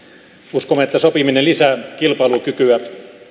uskomme että sopiminen lisää kilpailukykyä